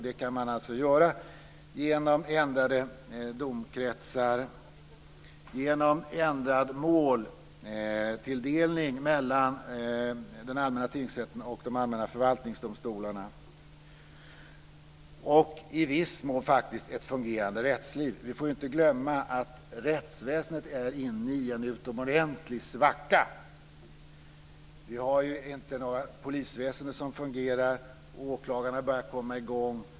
Det kan man göra genom ändrade domkretsar, genom ändrad måltilldelning mellan den allmänna tingsrätten och de allmänna förvaltningsdomstolarna och i viss mån faktiskt genom ett fungerande rättsliv. Vi får ju inte glömma att rättsväsendet är inne i en utomordentlig svacka. Vi har ju inte ett polisväsende som fungerar. Åklagarna börjar komma i gång.